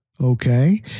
okay